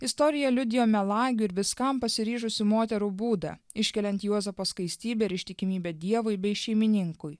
istorija liudijo melagių ir viskam pasiryžusių moterų būdą iškeliant juozapo skaistybę ir ištikimybę dievui bei šeimininkui